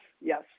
yes